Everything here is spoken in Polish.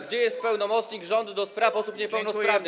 Gdzie jest pełnomocnik rządu ds. osób niepełnosprawnych?